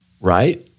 Right